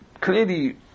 clearly